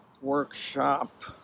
workshop